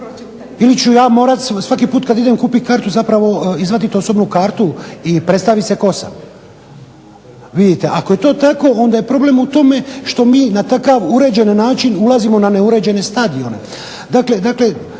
ili ću ja morati svaki put kad idem kupiti kartu zapravo izvaditi osobnu kartu i predstavit se tko sam. Vidite, ako je to tako onda je problem u tome što mi na takav uređen način ulazimo na neuređene stadione.